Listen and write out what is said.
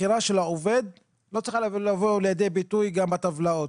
הבחירה של העובד לא צריכה לבוא לידי ביטוי גם בטבלאות.